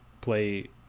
play